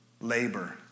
labor